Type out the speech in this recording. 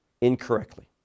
incorrectly